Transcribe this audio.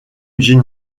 jin